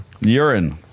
Urine